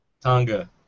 Tonga